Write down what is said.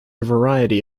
variety